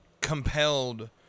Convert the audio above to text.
compelled